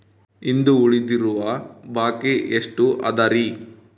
ಇಂದು ಉಳಿದಿರುವ ಬಾಕಿ ಎಷ್ಟು ಅದರಿ?